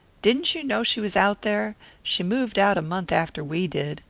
didn't you know she was out there? she moved out a month after we did.